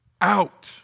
out